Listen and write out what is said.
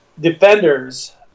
defenders